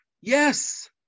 Yes